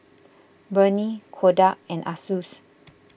Burnie Kodak and Asus